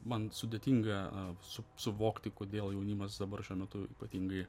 man sudėtinga su suvokti kodėl jaunimas dabar šiuo metu ypatingai